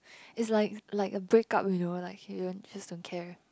it's like like a break up you know like she don't just don't care